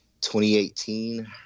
2018